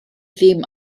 ddim